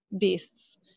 beasts